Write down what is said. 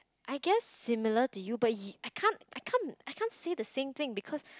I guess similar to you but you~ I can't I can't I can't say the same thing because